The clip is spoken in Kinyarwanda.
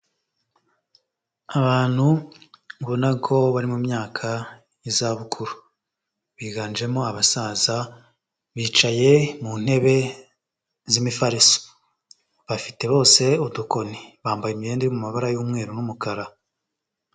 Abantu ubona ko bari mu myaka y'izabukuru, biganjemo abasaza bicaye mu ntebe z'imifariso, bafite bose udukoni, bambaye imyenda iri mu mabara y'umweru n'umukara.